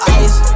ice